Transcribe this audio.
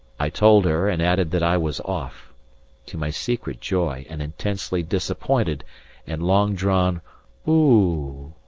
i told her, and added that i was off to my secret joy, an intensely disappointed and long-drawn oooh!